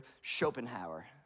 Schopenhauer